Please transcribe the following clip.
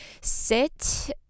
sit